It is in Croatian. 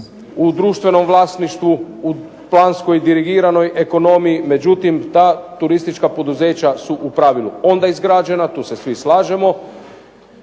u društvenom vlasništvu, u planskoj dirigiranoj ekonomiji, međutim ta turistička poduzeća su u pravilu onda izgrađena, tu se svi slažemo.